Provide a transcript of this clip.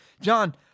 John